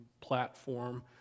platform